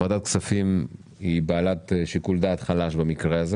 ועדת הכספים היא בעלת שיקול דעת חלש במקרה הזה